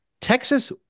Texas